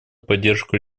поддержку